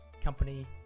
company